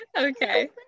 Okay